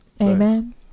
Amen